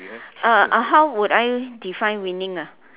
uh how would I define winning ah